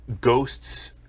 Ghosts